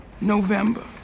November